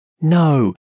No